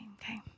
okay